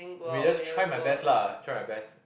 maybe just try my best lah try my best